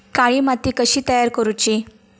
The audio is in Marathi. काळी माती कशी तयार करूची?